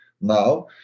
Now